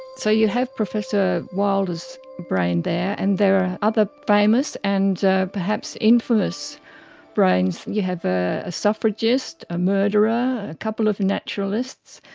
so you have professor wilder's brain there, and there are other famous and perhaps infamous brains. you have ah a suffragist, a murderer, a couple of naturalists.